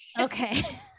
okay